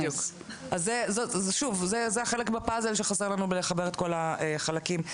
זה חלק בפאזל שחסר לנו בלחבר את כל החלקים.